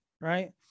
right